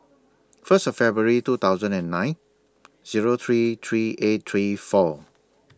First February two thousand and nine Zero three three eight three four